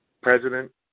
president